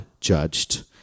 judged